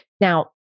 Now